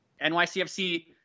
NYCFC